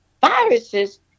viruses